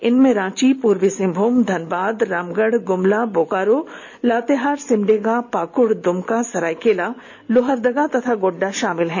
इनमें रांची पूर्वी सिंहभूम धनबाद रामगढ़ गुमला बोकारो लातेहार सिमडेगा पाकुड़ दुमका सरायकेला लोहरदगा तथा गोड्डा शामिल है